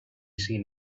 seen